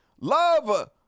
Love